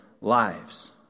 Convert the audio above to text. lives